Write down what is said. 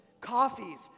coffees